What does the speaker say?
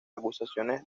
acusaciones